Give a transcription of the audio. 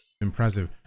impressive